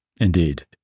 Indeed